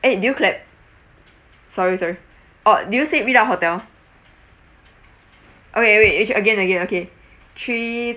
eh did you clap sorry sorry oh did you say read out hotel okay wait ac~ again again okay three